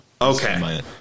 Okay